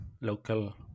local